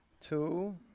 Two